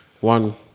one